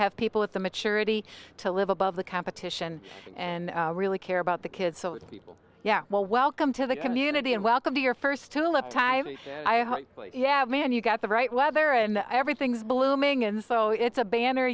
have people with the maturity to live above the competition and really care about the kids so people yeah well welcome to the community and welcome to your first film i hope yeah man you got the right weather and everything's blooming and so it's a banner